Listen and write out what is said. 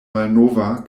malnova